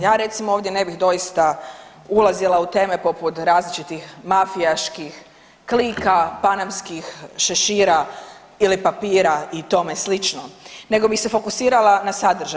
Ja recimo ovdje ne bih doista ulazila u teme poput različitih mafijaških klika, panamskih šešira ili papira i tome slično nego bi se fokusirala na sadržaj.